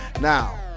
Now